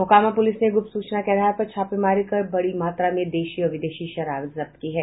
Mokama police ने गुप्त सूचना के आधार पर छापेमारी कर बड़ी मात्रा में देशी और विदेशी शराब जब्त की है